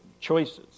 choices